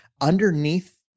underneath